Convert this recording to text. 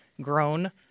grown